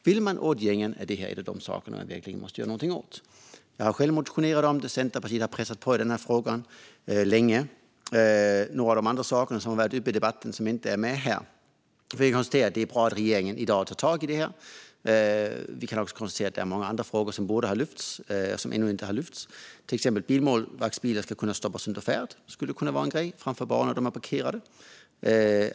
Vill man åt gängen är det här en av de saker man måste göra någonting åt. Jag har själv motionerat om det, och Centerpartiet har pressat på i frågan länge. Några andra saker har varit uppe i debatten som inte är med här. Vi kan konstatera att det är bra att regeringen i dag tar tag i detta, men vi kan också konstatera att det är många andra frågor som ännu inte har lyfts, till exempel att bilmålvaktsbilar ska kunna stoppas under färd och inte bara när de är parkerade. Det skulle kunna vara en grej.